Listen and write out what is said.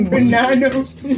Bananas